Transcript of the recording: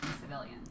civilians